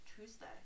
Tuesday